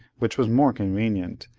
which was more convenient,